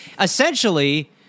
essentially